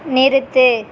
நிறுத்து